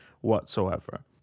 whatsoever